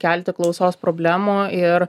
kelti klausos problemų ir